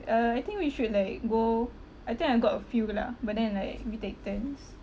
uh I think we should like go I think I got a few lah but then like we take turns